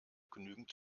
genügend